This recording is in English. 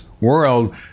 world